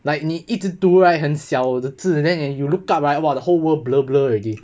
like 你一直读 right 很小的字 then and you look up right !wah! the whole world blur blur already